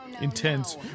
Intense